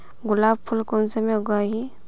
गुलाब फुल कुंसम उगाही?